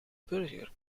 burger